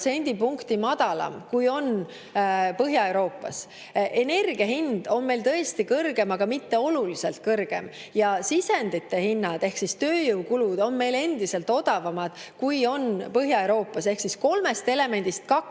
protsendipunkti madalam, kui see on Põhja-Euroopas. Energia hind on meil tõesti kõrgem, aga mitte oluliselt kõrgem. Sisendite hinnad ehk tööjõukulud on meil endiselt [madalamad], kui on Põhja-Euroopas. Ehk kolmest elemendist kaks